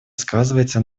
сказывается